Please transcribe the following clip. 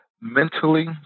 mentally